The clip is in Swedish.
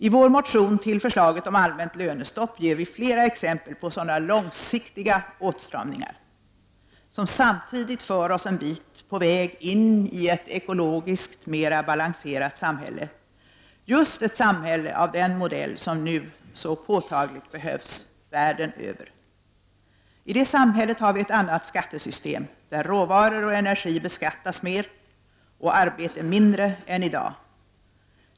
I vår motion till förslaget om allmänt lönestopp ger vi flera exempel på sådana långsiktiga åtstramningar, som samtidigt för oss en bit på vägini ett ekologiskt mera balanserat samhälle, just ett samhälle av den modell som nu så påtagligt behövs världen över. I det samhället har vi ett annat skattesystem, där råvaror och energi beskattas mer och arbete mindre än i dag.